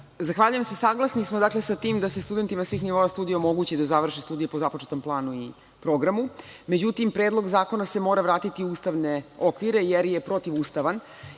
Zahvaljujem se. Saglasni smo sa tim da se studentima svih nivoa studija omogući da završi studije po započetom planu i programu. Međutim, Predlog zakona se mora vratiti u ustavne okvire, jer je protivustavan